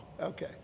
Okay